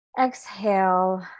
Exhale